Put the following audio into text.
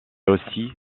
aussi